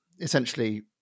essentially